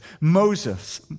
Moses